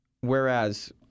whereas